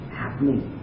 happening